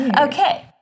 Okay